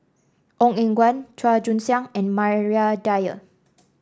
Ong Eng Guan Chua Joon Siang and Maria Dyer